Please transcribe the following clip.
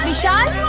shot.